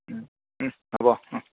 ওহ হ'ব